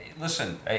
Listen